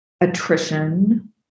attrition